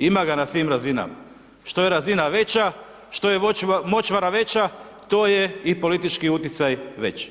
Ima ga na svim razinama, što je razina veća, što je močvara veća, to je i politički utjecaj veći,